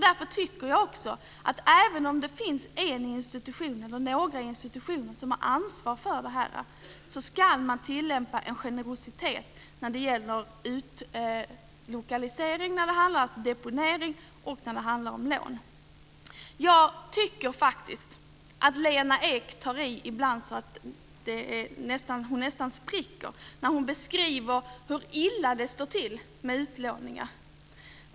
Därför tycker jag att även om det finns en eller några institutioner som har ansvar för det här, ska man tillämpa en generositet med utlokalisering, deponering och lån. Jag tycker ibland att Lena Ek tar i så att hon nästan spricker när hon beskriver hur illa det står till med utlåningar.